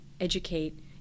educate